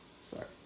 sorry